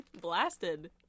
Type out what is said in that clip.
Blasted